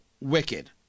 Wicked